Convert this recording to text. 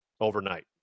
overnight